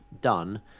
done